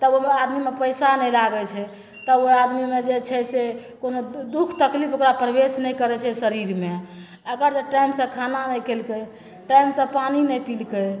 तब ओहिमे आदमीमे पइसा नहि लागै छै तब ओहि आदमीमे जे छै से कोनो दु दुख तकलीफ ओकरा प्रवेश नहि करै छै शरीरमे अगर जे टाइमसे खाना नहि खएलकै टाइमसे पानि नहि पिलकै